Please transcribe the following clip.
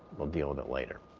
we'll deal with it later.